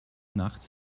nachts